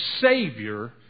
Savior